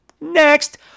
next